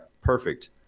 perfect